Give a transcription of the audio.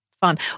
fun